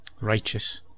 righteous